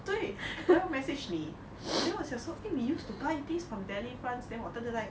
对我要 message 你 then 我想说 eh we use to buy this from Delifrance then 我 type type type